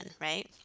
right